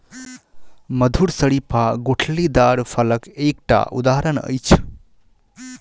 मधुर शरीफा गुठलीदार फलक एकटा उदहारण अछि